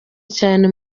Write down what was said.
cyane